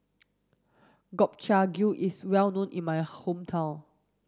Gobchang Gui is well known in my hometown